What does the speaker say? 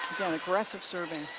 aggressive serving.